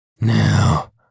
Now